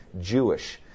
Jewish